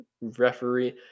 referee